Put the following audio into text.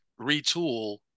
retool